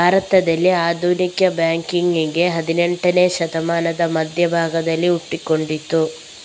ಭಾರತದಲ್ಲಿ ಆಧುನಿಕ ಬ್ಯಾಂಕಿಂಗಿನ ಹದಿನೇಂಟನೇ ಶತಮಾನದ ಮಧ್ಯ ಭಾಗದಲ್ಲಿ ಹುಟ್ಟಿಕೊಂಡಿತು